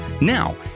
Now